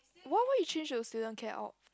why why you change to student care out